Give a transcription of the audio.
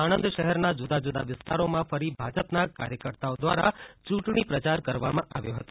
સાણંદ શહેરના જુદા જુદા વિસ્તારોમાં ફરી ભાજપના કાર્યકર્તાઓ દ્વારા ચૂંટણી પ્રચાર કરવામાં આવ્યો હતો